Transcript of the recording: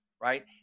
Right